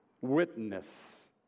witness